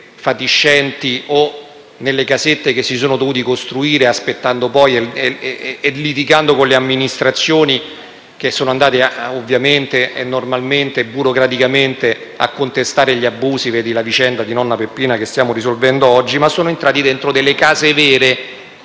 fatiscenti o che si è dovuta costruire, aspettando e litigando con le amministrazioni che sono andate naturalmente e burocraticamente a contestare gli abusi (vedi la vicenda di nonna Peppina che stiamo risolvendo oggi), ma dentro delle case vere.